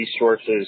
resources